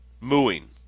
Mooing